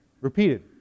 Repeated